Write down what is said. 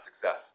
success